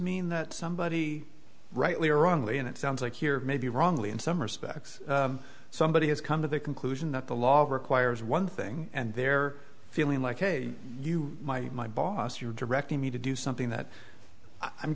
mean that somebody rightly or wrongly and it sounds like here maybe wrongly in some respects somebody has come to the conclusion that the law requires one thing and they're feeling like a you my my boss you're directing me to do something that i'm